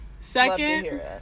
Second